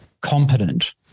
competent